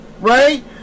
right